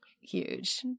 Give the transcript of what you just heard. Huge